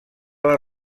les